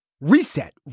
Reset